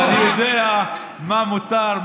ואני יודע מה מותר,